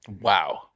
Wow